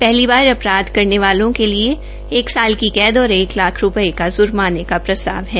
पहली बार अपराध करने वालों के लिए एक साल की कैद और एक लाख रूपये के जुर्माना का प्रस्ताव है